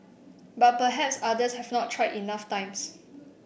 but perhaps others have not tried enough times